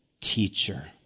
teacher